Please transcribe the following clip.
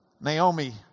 Naomi